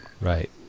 Right